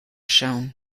shown